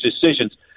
decisions